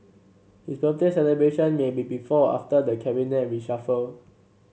his birthday celebration may be before after the Cabinet reshuffle